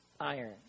iron